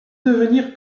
devenir